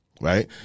Right